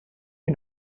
you